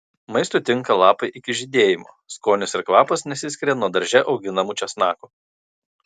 maistui tinka lapai iki žydėjimo skonis ir kvapas nesiskiria nuo darže auginamų česnakų